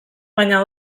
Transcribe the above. baina